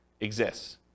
exists